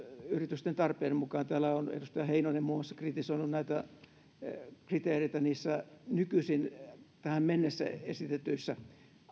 yritysten tarpeiden mukaan täällä on muun muassa edustaja heinonen kritisoinut kriteereitä niissä nykyisissä tähän mennessä esitetyissä